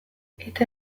eta